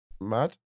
Mad